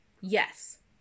Yes